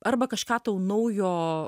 arba kažką tau naujo